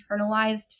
internalized